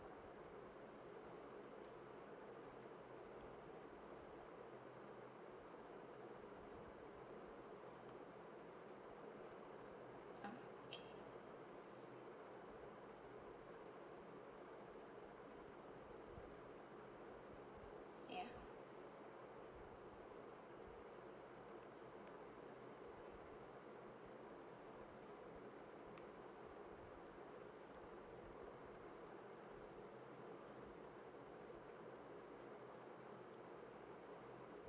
okay yeah